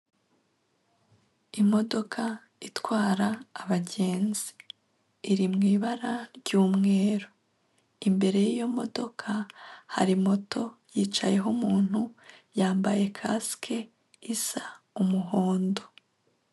Imodoka itwara abagenzi iri mu ibara ry'umweru imbere yiyo modoka hari moto yicayeho umuntu wambaye kasike isa umuhondo.